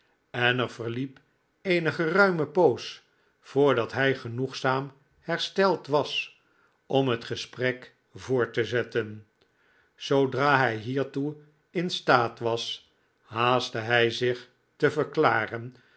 en er verliep eene geruime poos voordat hij genoegzaam hersteld was om het gesprek voort te zetten zoodra hij hiertoe in staat was haastte hij zich te verklaren